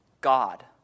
God